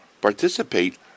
participate